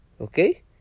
Okay